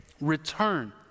Return